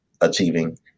achieving